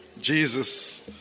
Jesus